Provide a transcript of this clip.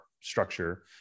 structure